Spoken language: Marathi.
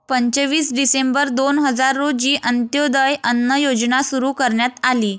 पंचवीस डिसेंबर दोन हजार रोजी अंत्योदय अन्न योजना सुरू करण्यात आली